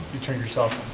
you turned yourself